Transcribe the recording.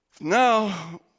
Now